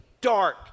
dark